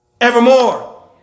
evermore